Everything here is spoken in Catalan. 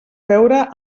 veure